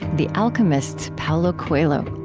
the alchemist's paulo coelho